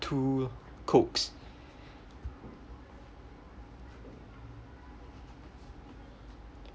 two cokes